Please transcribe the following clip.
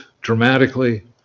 dramatically